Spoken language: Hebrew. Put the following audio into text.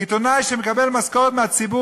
עיתונאי שמקבל משכורת מהציבור,